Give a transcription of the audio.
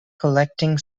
collecting